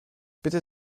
bitte